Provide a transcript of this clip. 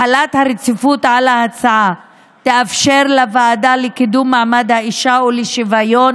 החלת הרציפות על ההצעה תאפשר לוועדה לקידום מעמד האישה ולשוויון